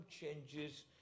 changes